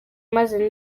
maze